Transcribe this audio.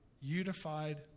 unified